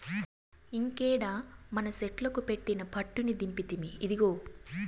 ఇంకేడ మనసెట్లుకు పెట్టిన పట్టుని దింపితిమి, ఇదిగో